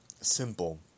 simple